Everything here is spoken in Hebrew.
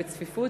בצפיפות,